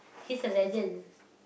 he's a legend